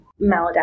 maladaptive